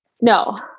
No